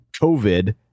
COVID